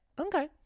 Okay